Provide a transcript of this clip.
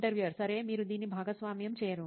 interviewer సరే మీరు దీన్ని భాగస్వామ్యం చేయరు